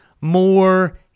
more